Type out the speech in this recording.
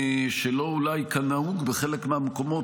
אולי לא כנהוג בחלק מהמקומות,